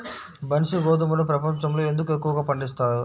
బన్సీ గోధుమను ప్రపంచంలో ఎందుకు ఎక్కువగా పండిస్తారు?